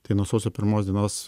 tai nuo sausio pirmos dienos